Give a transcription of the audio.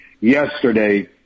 yesterday